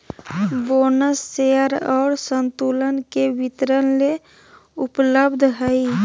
bonus share और संतुलन के वितरण ले उपलब्ध हइ